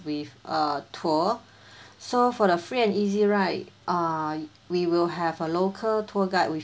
with err tour so for the free and easy right err we will have a local tour guide with